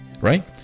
right